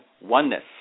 oneness